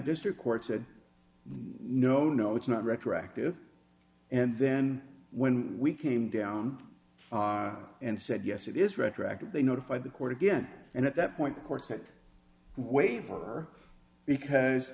district court said no no it's not retroactive and then when we came down and said yes it is retroactive they notify the court again and at that point the courts have waived her because